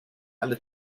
alle